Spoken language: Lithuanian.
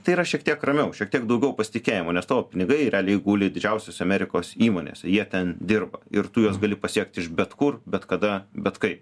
tai yra šiek tiek ramiau šiek tiek daugiau pasitikėjimo nes tavo pinigai realiai guli didžiausiose amerikos įmonėse jie ten dirba ir tu juos gali pasiekti iš bet kur bet kada bet kaip